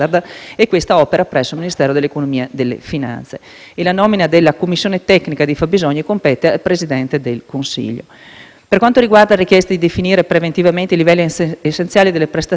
per il nostro Paese